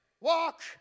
Walk